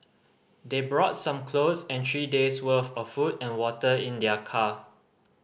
they brought some clothes and three days' worth of food and water in their car